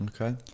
Okay